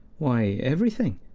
why, everything.